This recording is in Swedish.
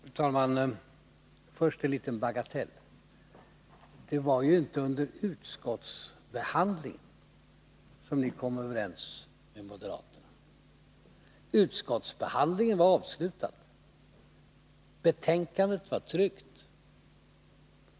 Fru talman! Först en liten bagatell. Det var ju inte under utskottsbehandlingen som ni kom överens med moderaterna. Utskottsbehandlingen var avslutad, betänkandet var tryckt.